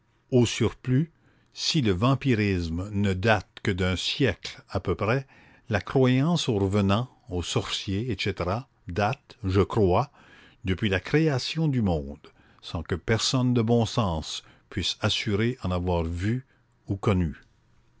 au surplus si le vampirisme ne date que d'un siècle à-peu-près la croyance aux revenans aux sorciers etc date je crois depuis la création du monde sans que personne de bon sens puisse assurer en avoir vu ou connu